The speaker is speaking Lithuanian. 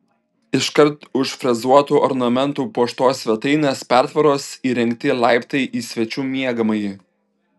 iškart už frezuotu ornamentu puoštos svetainės pertvaros įrengti laiptai į svečių miegamąjį